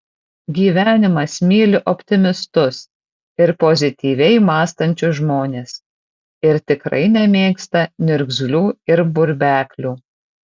gyvenimas myli optimistus ir pozityviai mąstančius žmones ir tikrai nemėgsta niurgzlių ir burbeklių